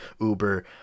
uber